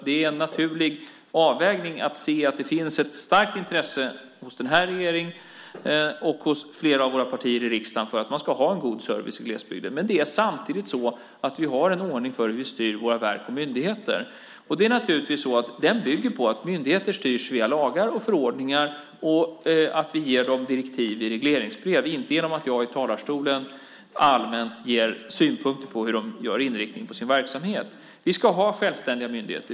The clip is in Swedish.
Det är en naturlig avvägning att se att det finns ett starkt intresse hos den här regeringen och hos flera av partierna i riksdagen för att man ska ha en god service i glesbygden. Men samtidigt har vi en ordning för hur vi styr våra verk och myndigheter. Den bygger naturligtvis på att myndigheter styrs via lagar och förordningar och på att vi i regleringsbrev ger dem direktiv, inte på att jag i talarstolen allmänt anlägger synpunkter på hur de gör med inriktningen på sin verksamhet. Vi ska ha självständiga myndigheter.